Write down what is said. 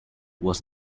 was